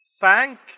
thank